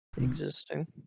Existing